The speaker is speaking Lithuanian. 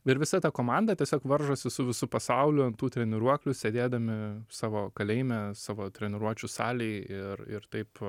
ir visa ta komanda tiesiog varžosi su visu pasauliu ant tų treniruoklių sėdėdami savo kalėjime savo treniruočių salėj ir ir taip